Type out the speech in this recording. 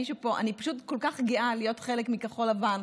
מי שפה: אני פשוט כל כך גאה להיות חלק מכחול לבן.